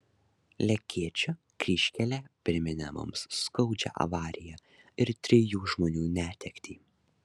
lekėčių kryžkelė priminė mums skaudžią avariją ir trijų žmonių netektį